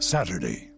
Saturday